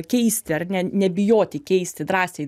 keisti ar ne nebijoti keisti drąsiai